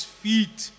feet